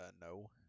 no